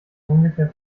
ungefähr